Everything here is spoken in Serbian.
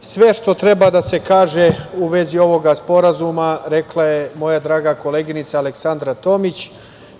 sve što treba da se kaže u vezi ovoga sporazuma rekla je moja draga koleginica Aleksandra Tomić